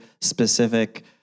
specific